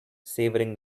savouring